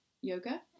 yoga